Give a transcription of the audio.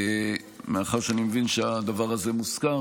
מאחר שאני מבין שהדבר הזה מוסכם,